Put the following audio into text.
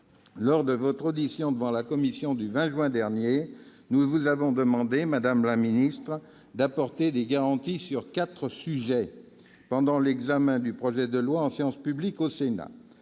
Lors de votre audition devant la commission, le 20 juin dernier, nous vous avons demandé, madame la ministre, d'apporter des garanties sur quatre sujets pendant l'examen du projet de loi en séance publique au Sénat